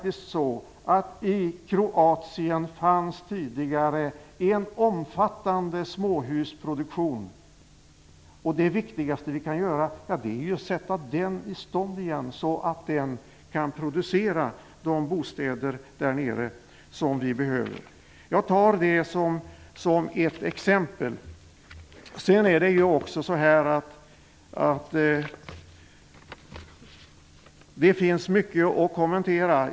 I Kroatien fanns det tidigare en omfattande småhusproduktion, och det viktigaste vi kan göra är ju att sätta den i stånd igen, så att den kan producera de bostäder som behövs där. Jag tar det som ett exempel. Det finns mycket att kommentera.